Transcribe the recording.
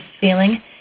feeling